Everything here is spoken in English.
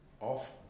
off